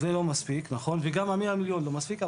זה לא מספיק, נכון, גם המאה מיליון לא מספיק.